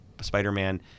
Spider-Man